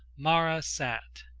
mara sat,